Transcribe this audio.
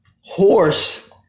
horse